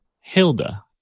Hilda